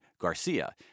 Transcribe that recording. Garcia